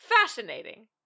fascinating